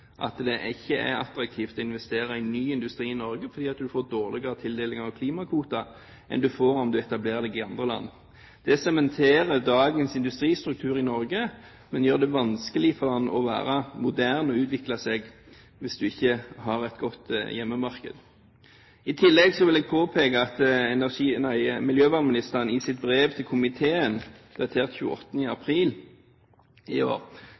at det ikke er attraktivt å investere i ny industri i Norge, for man får dårligere tildeling av klimakvoter enn man får om man etablerer seg i andre land. Det sementerer dagens industristruktur i Norge, men gjør det vanskelig å være moderne og utvikle seg hvis man ikke har et godt hjemmemarked. I tillegg vil jeg påpeke at miljøvernministeren i sitt brev til komiteen datert 28. april i år